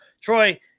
Troy